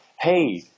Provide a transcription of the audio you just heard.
hey